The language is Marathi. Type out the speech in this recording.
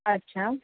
अच्छा